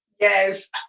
Yes